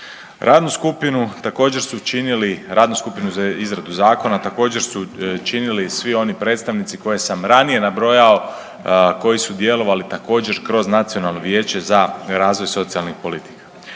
radnu skupinu za izradu zakona također su činili svi oni predstavnici koje sam ranije nabrojao koji su djelovali također kroz Nacionalno vijeće za razvoj socijalnih politika.